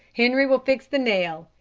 henri will fix the nail.